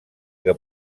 que